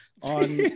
on